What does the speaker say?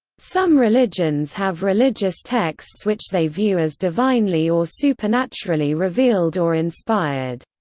some religions have religious texts which they view as divinely or supernaturally revealed or inspired.